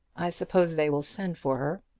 i suppose they will send for her,